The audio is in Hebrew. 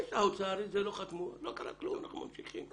זה שהאוצר לא חתם, לא קרה כלום ואנחנו ממשיכים.